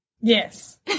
Yes